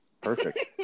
Perfect